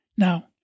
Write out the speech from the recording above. Now